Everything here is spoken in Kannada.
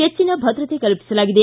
ಹೆಚ್ಚಿನ ಭದ್ರತೆ ಕಲ್ಪಿಸಲಾಗಿದೆ